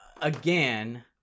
again